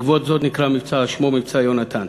בעקבות זאת נקרא המבצע על שמו, "מבצע יונתן".